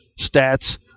stats